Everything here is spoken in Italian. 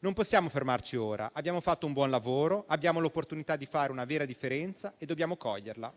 Non possiamo fermarci ora. Abbiamo fatto un buon lavoro, abbiamo l'opportunità di fare una vera differenza e dobbiamo coglierla.